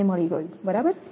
મને મળી ગયું બરાબર